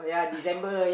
!aiyo!